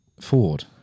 Ford